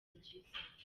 ryiza